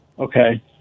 Okay